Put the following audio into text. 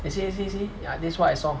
you see you see you see ya this is what I saw